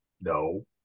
No